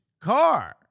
car